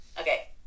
Okay